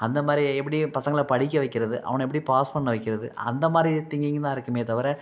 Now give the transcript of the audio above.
அந்த மாதிரி எப்படி பசங்களை படிக்க வைக்கிறது அவனை எப்படி பாஸ் பண்ண வைக்கிறது அந்த மாதிரி திங்க்கிங்கு தான் இருக்குமே தவிர